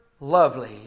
lovely